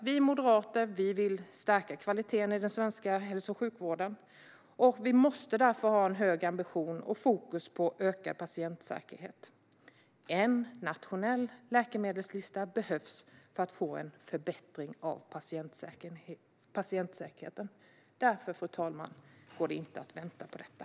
Vi moderater vill som sagt stärka kvaliteten i den svenska hälso och sjukvården. Det måste därför finnas en hög ambition med fokus på ökad patientsäkerhet. En nationell läkemedelslista behövs för att få en förbättring av patientsäkerheten. Därför går det inte, fru talman, att vänta på detta.